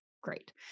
great